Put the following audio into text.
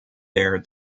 their